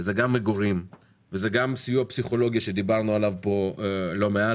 וזה גם מגורים וזה גם סיוע פסיכולוגי שדיברנו עליו פה לא מעט,